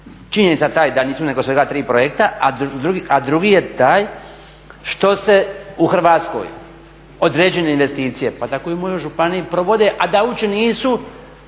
činjenica ta da nisu nego svega tri projekta, a drugi je taj što se u Hrvatskoj određene investicije, pa tako i u mojoj županiji, provode, a da uopće nisu